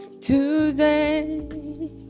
Today